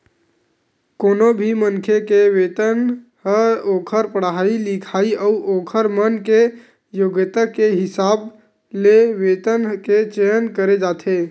कोनो भी मनखे के वेतन ह ओखर पड़हाई लिखई अउ ओखर मन के योग्यता के हिसाब ले वेतन के चयन करे जाथे